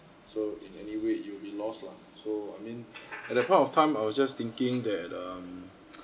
so in anyway it will be lost lah so I mean at that point of time I was just thinking that um